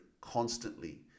constantly